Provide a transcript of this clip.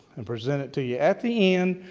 and present it to you at the end,